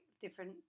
different